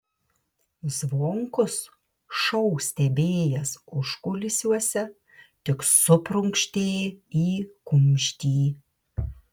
zvonkus šou stebėjęs užkulisiuose tik suprunkštė į kumštį